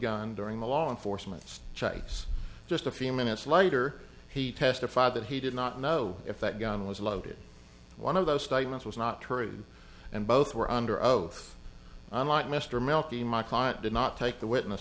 gun during the law enforcement chides just a few minutes later he testified that he did not know if that gun was loaded one of those statements was not true and both were under oath unlike mr melfi my client did not take the witness